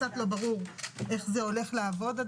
לא ברור איך זה יעבוד.